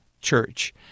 Church